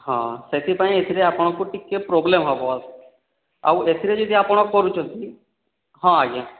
ହଁ ସେଥିପାଇଁ ଏଥିରେ ଆପଣଙ୍କୁ ଟିକେ ପ୍ରୋବ୍ଲେମ୍ ହେବ ଆଉ ଏଥିରେ ଯଦି ଆପଣ କରୁଛନ୍ତି ହଁ ଆଜ୍ଞା